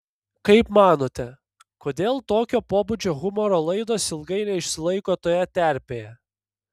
kaip manote kodėl tokio pobūdžio humoro laidos ilgai neišsilaiko toje terpėje